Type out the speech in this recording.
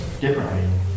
differently